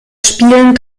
spielen